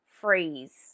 freeze